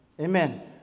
Amen